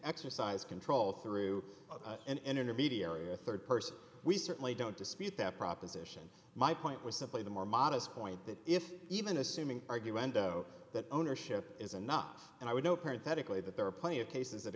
exercise control through an intermediary or rd person we certainly don't dispute that proposition my point was simply the more modest point that if even assuming argue rando that ownership is enough and i would know perfectly that there are plenty of cases that